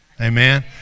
amen